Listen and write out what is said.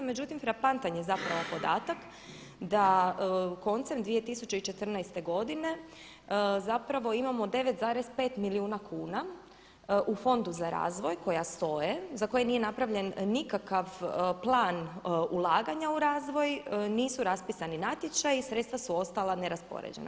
Međutim, frapantan je zapravo podatak da koncem 2014. godine zapravo imamo 9,5 milijuna kuna u Fondu za razvoj koja stoje, za koje nije napravljen nikakav plan ulaganja u razvoj, nisu raspisani natječaji i sredstva su ostala neraspoređena.